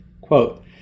Quote